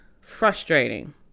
frustrating